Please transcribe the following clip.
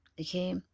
okay